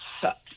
sucks